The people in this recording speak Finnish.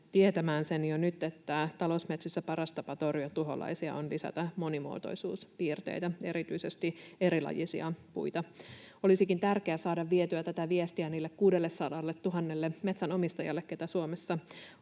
tietämään sen jo nyt, että talousmetsissä paras tapa torjua tuholaisia on lisätä monimuotoisuuspiirteitä, erityisesti erilajisia puita. Olisikin tärkeää saada vietyä tätä viestiä niille 600 000 metsänomistajalle, joita Suomessa on,